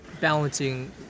balancing